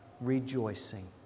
rejoicing